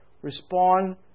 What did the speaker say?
respond